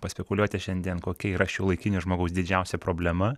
paspekuliuoti šiandien kokia yra šiuolaikinio žmogaus didžiausia problema